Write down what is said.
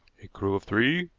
a crew of three,